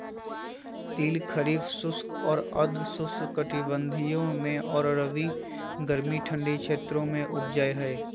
तिल खरीफ शुष्क और अर्ध शुष्क कटिबंधों में और रबी गर्मी ठंडे क्षेत्रों में उपजै हइ